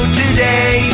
today